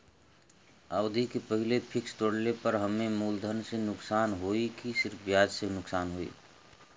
अवधि के पहिले फिक्स तोड़ले पर हम्मे मुलधन से नुकसान होयी की सिर्फ ब्याज से नुकसान होयी?